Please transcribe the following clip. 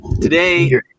today